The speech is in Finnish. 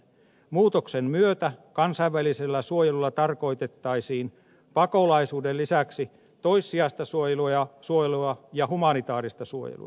muutoksen myötä kansainvälisellä suojelulla tarkoitettaisiin pakolaisuuden lisäksi toissijaista suojelua ja humanitääristä suojelua